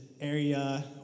area